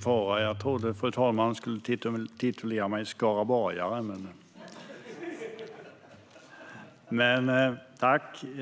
Fru talman!